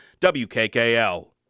WKKL